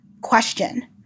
question